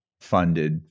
funded